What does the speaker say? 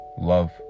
love